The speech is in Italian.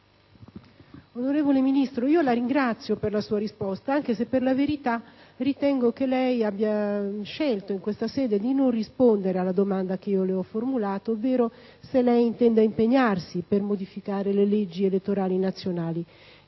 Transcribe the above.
onorevole Ministro, la ringrazio per la sua risposta anche se, per la verità, ritengo che lei abbia scelto in questa sede di non rispondere alla domanda che le ho formulato, ovvero se lei intende impegnarsi per modificare le leggi elettorali nazionali.